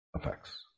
effects